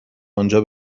آنجا